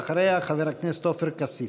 אחריה, חבר הכנסת עופר כסיף.